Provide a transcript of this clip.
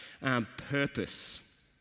purpose